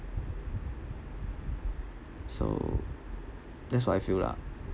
so that's what I feel lah